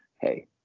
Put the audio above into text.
hey